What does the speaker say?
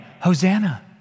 Hosanna